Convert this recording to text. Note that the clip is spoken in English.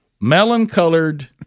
Melon-colored